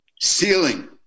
ceiling